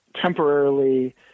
temporarily